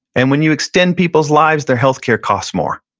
and when you extend people's lives, their healthcare costs more.